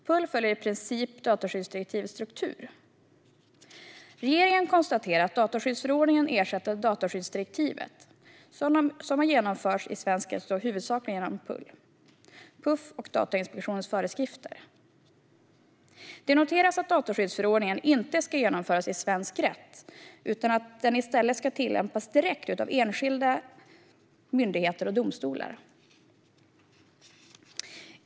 PUL följer i princip dataskyddsdirektivets struktur. Regeringen konstaterar att dataskyddsförordningen ersätter dataskyddsdirektivet, som har genomförts i svensk rätt huvudsakligen genom PUL, PUF och Datainspektionens föreskrifter. Det noteras att dataskyddsförordningen inte ska genomföras i svensk rätt, utan den ska i stället tillämpas direkt av enskilda myndigheter och domstolar.